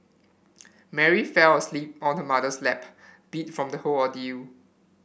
Mary fell asleep on her mother's lap beat from the whole ordeal